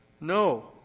No